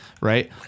right